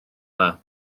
dda